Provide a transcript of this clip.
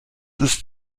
ist